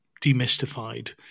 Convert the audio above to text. demystified